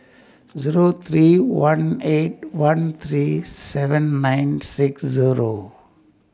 Zero three one eight one three seven nine six Zero